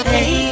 Hey